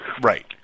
Right